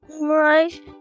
Right